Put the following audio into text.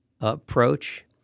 approach